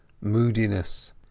moodiness